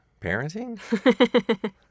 Parenting